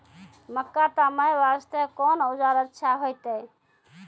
मक्का तामे वास्ते कोंन औजार अच्छा होइतै?